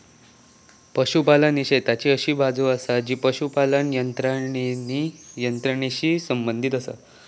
पशुपालन ही शेतीची अशी बाजू आसा जी पशुपालन यंत्रणेशी संबंधित आसा